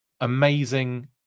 Amazing